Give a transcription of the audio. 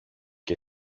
και